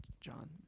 John